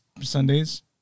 Sundays